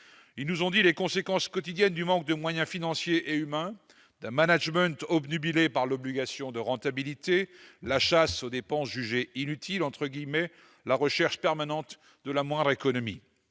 Ils nous ont dit les conséquences quotidiennes du manque de moyens financiers et humains et d'un management obnubilé par l'obligation de rentabilité, la chasse aux dépenses jugées « inutiles » et la recherche permanente de la moindre économie